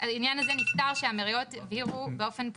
נזכר שהאמירויות הבהירו באופן פומבי,